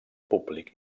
públic